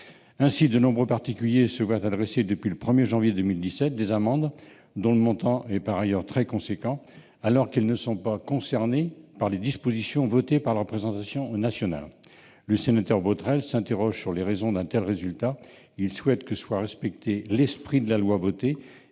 Ainsi, de nombreux particuliers se voient adresser depuis le 1 janvier 2017 des amendes au montant très important, alors qu'ils ne sont pas concernés par les dispositions adoptées par la représentation nationale. M. Botrel s'interroge sur les raisons d'un tel résultat ; il souhaite que soit respecté l'esprit de la loi votée